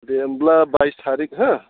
दे होनब्ला बाइस थारिक हो